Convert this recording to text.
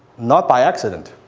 not by accident.